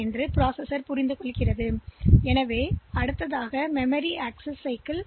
எனவே செயலி அதைப் புரிந்துகொண்டு மெமரித்திலிருந்து உடனடி மதிப்பைப் பெறும்